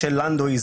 משה לנדוי,